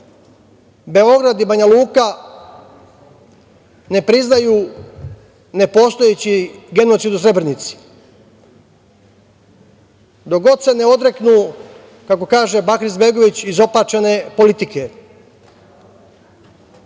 Beograd i Banja Luka ne priznaju nepostojeći genocid u Srebrenici, dok god se ne odreknu, kako kaže Bakir Izetbegović – izopačene politike.